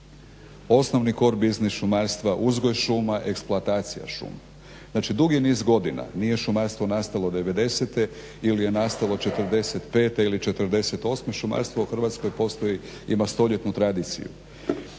Osnovni kor biznis šumarstva, uzgoj šuma, eksploatacija šuma. Znači dugi niz godina nije šumarstvo nastalo 90-te ili je nastalo 45-te ili je nastalo 48-me, šumarstvo u Hrvatskoj postoji, ima stoljetnu tradiciju.